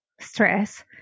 stress